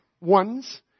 ones